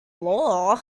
law